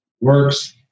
works